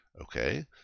Okay